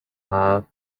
have